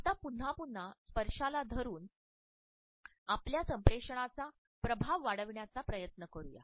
आता पुन्हा पुन्हा स्पर्शाला धरून आपल्या संप्रेषणाचा प्रभाव वाढविण्याचा प्रयत्न करूया